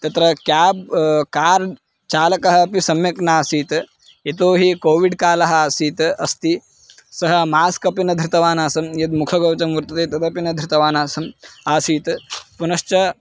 तत्र cab car चालकः अपि सम्यक् नासीत् यतो हि कोविड् कालः आसीत् अस्ति सः मास्क् अपि न धृतवान् आसम् यद् मुखकौचं वर्तते तदपि न धृतवान् आसम् आसीत् पुनश्च